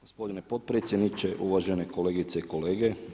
Gospodine potpredsjedniče, uvažene kolegice i kolege.